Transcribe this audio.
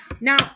Now